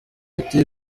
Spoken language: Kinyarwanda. ati